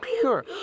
pure